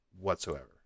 whatsoever